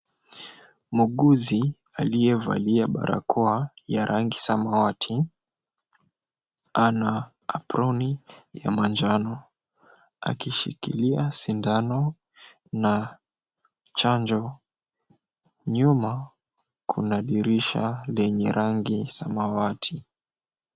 Muuguzi, aliyevalia barakoa ya rangi samawati, ana aproni ya manjano. Akishikilia sindano na chanjo, nyuma kuna dirisha lenye rangi ya samawati.